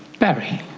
barry.